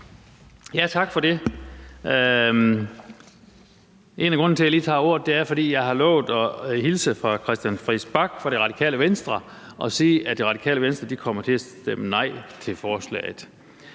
Tak for det. En af grundene til, at jeg lige tager ordet, er, at jeg har lovet at hilse fra hr. Christian Friis Bach fra Det Radikale Venstre og sige, at Det Radikale Venstre kommer til at stemme nej til forslaget.